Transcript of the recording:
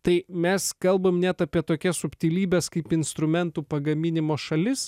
tai mes kalbam net apie tokias subtilybes kaip instrumentų pagaminimo šalis